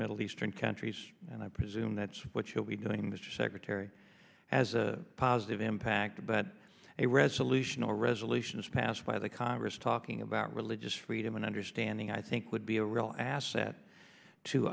middle eastern countries and i presume that's what you'll be doing the secretary has a positive impact but a resolution or resolutions passed by the congress talking about religious freedom and understanding i think would be a real asset to